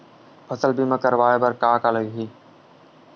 फसल बीमा करवाय बर का का लगही?